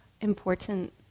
important